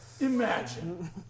imagine